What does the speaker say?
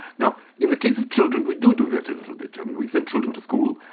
now in the case of children, we do do that a little bit, and we send children to school,